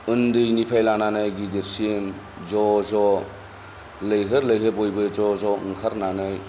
उन्दैनिफ्राय लानानै गिदिरसिम ज' ज' लैहोर लैहोर बयबो ज' ज' ओंखारनानै